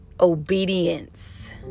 obedience